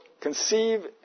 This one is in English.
conceive